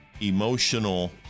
emotional